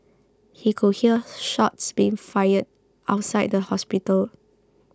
he could hear shots being fired outside the hospital